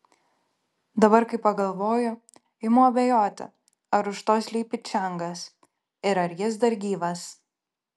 dabar kai pagalvoju imu abejoti ar už to slypi čiangas ir ar jis dar gyvas